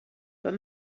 but